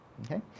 Okay